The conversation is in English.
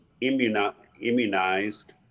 immunized